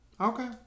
Okay